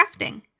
crafting